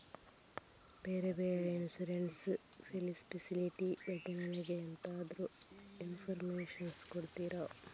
ಬೇರೆ ಬೇರೆ insurance facility ಬಗ್ಗೆ ನನಗೆ ಎಂತಾದ್ರೂ ಇನ್ಫೋರ್ಮೇಷನ್ ಕೊಡ್ತೀರಾ?